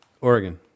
Oregon